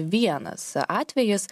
vienas atvejis